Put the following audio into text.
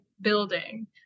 building